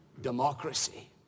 democracy